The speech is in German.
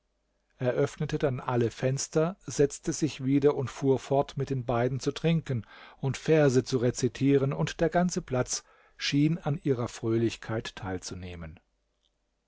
öffnete dann alle fenster setzte sich wieder und fuhr fort mit den beiden zu trinken und verse zu rezitieren und der ganze platz schien an ihrer fröhlichkeit teilzunehmen